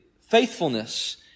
faithfulness